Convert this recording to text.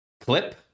Clip